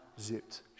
zipped